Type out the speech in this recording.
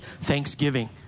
thanksgiving